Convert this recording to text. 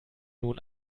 nun